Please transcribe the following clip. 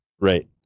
Right